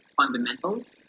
fundamentals